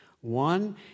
One